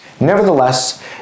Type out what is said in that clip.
Nevertheless